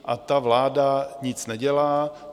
A ta vláda nic nedělá.